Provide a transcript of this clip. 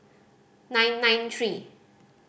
nine nine three